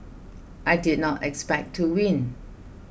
I did not expect to win